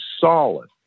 solid